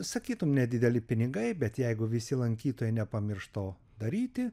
sakytum nedideli pinigai bet jeigu visi lankytojai nepamirš to daryti